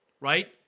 right